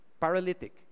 paralytic